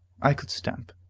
i could stamp,